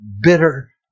bitter